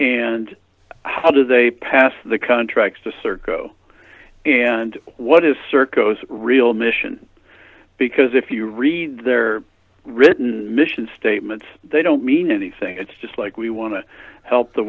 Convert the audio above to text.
and how do they pass the contracts to serco and what is circus real mission because if you read their written mission statements they don't mean anything it's just like we want to help the